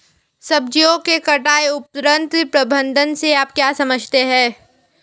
सब्जियों के कटाई उपरांत प्रबंधन से आप क्या समझते हैं?